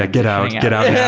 ah get out. get out now.